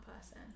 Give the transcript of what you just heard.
person